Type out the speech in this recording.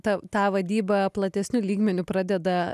ta tą vadybą platesniu lygmeniu pradeda